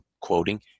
quoting